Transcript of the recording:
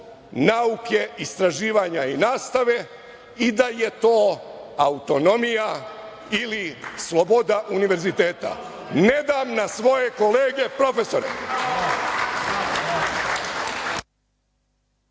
nauke i istraživanja i nastave i da je to autonomija ili sloboda Univerziteta. Ne dam na svoje kolege profesore.